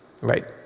Right